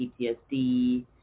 PTSD